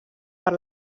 per